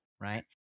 right